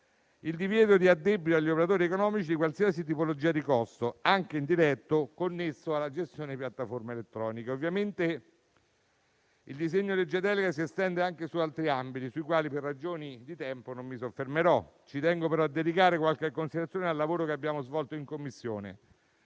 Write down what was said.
il divieto di addebito agli operatori economici di qualsiasi tipologia di costo, anche indiretto, connesso alla gestione di piattaforme elettroniche. Il disegno di legge delega si estende anche su altri ambiti, sui quali, per ragioni di tempo, non mi soffermerò. Ci tengo, però, a dedicare qualche considerazione al lavoro svolto in Commissione